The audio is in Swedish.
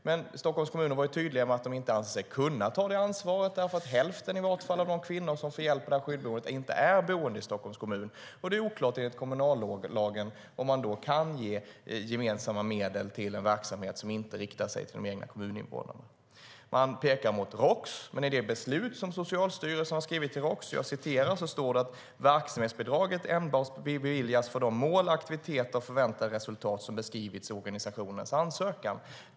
Men Stockholms kommun var tydlig med att man anser sig inte kunna ta det ansvaret därför att åtminstone hälften av de kvinnor som får hjälp i det skyddade boendet inte är boende i Stockholms kommun, och det är oklart enligt kommunallagen om man då kan ge gemensamma medel till en verksamhet som inte riktar sig till de egna kommuninvånarna. Man pekar på Roks, men i det beslut som Socialstyrelsen har skrivit gällande Roks står det att verksamhetsbidraget beviljas enbart "för de mål, aktiviteter och förväntade resultat som beskrivits i organisationens ansökan".